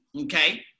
okay